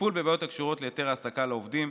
וטיפול בבעיות הקשורות להיתר העסקה לעובדים,